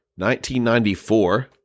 1994